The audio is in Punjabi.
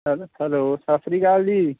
ਹੈਲ ਹੈਲੋ ਸਤਿ ਸ਼੍ਰੀ ਅਕਾਲ ਜੀ